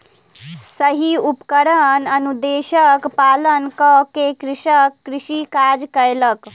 सही उपकरण अनुदेशक पालन कअ के कृषक कृषि काज कयलक